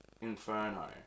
Inferno